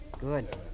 Good